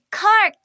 car